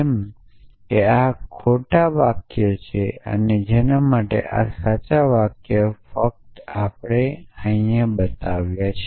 જેમ કે આ ખોટા વાક્યો છે અને આ માટેના સાચા વાક્યો ફક્ત આપણા માટે છે